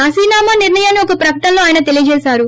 రాజీనామా నిర్ణయాన్ని ఒక ప్రకటనలో ఆయన తెలియజేశారు